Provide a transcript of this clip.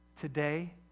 today